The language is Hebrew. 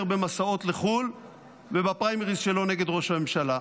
במסעות לחו"ל ובפריימריז שלו נגד ראש הממשלה.